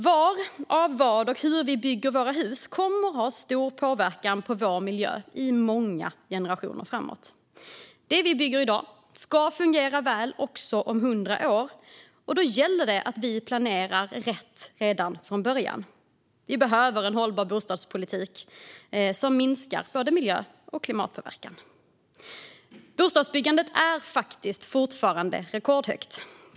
Var, av vad och hur vi bygger våra hus kommer att ha stor påverkan på vår miljö i många generationer framåt. Det vi bygger i dag ska fungera väl också om 100 år, och då gäller det att vi planerar rätt redan från början. Vi behöver en hållbar bostadspolitik som minskar både miljö och klimatpåverkan. Bostadsbyggandet är faktiskt fortfarande rekordhögt.